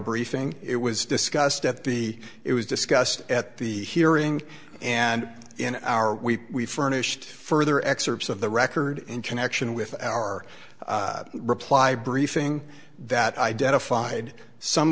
briefing it was discussed at the it was discussed at the hearing and in our we furnished further excerpts of the record in connection with our reply briefing that identified some